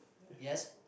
yes